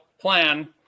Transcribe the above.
plan